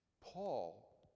Paul